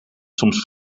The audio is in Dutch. soms